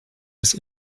his